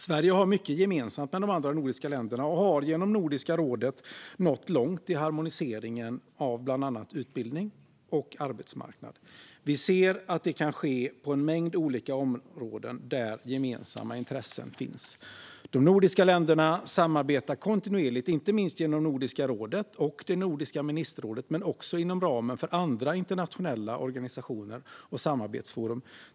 Sverige har mycket gemensamt med de andra nordiska länderna och har genom Nordiska rådet nått långt i harmoniseringen av bland annat utbildning och arbetsmarknad. Vi ser att det kan ske på en mängd olika områden där gemensamma intressen finns. De nordiska länderna samarbetar kontinuerligt, inte minst genom Nordiska rådet och Nordiska ministerrådet men också inom ramen för andra internationella organisationer och samarbetsforum.